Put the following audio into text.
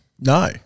No